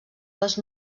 les